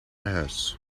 huis